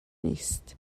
نیست